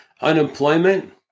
unemployment